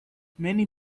many